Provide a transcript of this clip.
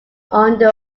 under